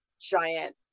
giant